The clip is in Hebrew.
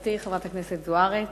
חברתי חברת הכנסת זוארץ,